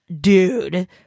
dude